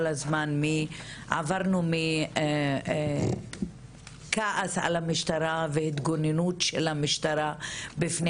עברנו כל הזמן מכעס על המשטרה והתגוננות של המשטרה בפני